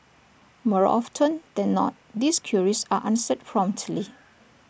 more often than not these queries are answered promptly